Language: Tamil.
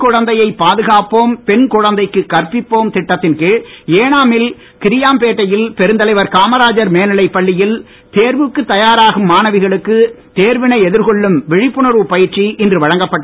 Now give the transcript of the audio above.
குழந்தையை பாதுகாப்போம் பெண் குழந்தைக்கு பெண் கற்பிப்போம் திட்டத்தின் கீழ் ஏனாமில் கிரியாம் பேட்டையில் பெருந்தலைவர் காமராஜர் மேநிலைப்பள்ளியில் தேர்வுக்கு தயாராகும் மாணவிகளுக்கு தேர்வினை எதிர்கொள்ளும் விழிப்புணர்வு பயிற்சி இன்று வழங்கப்பட்டது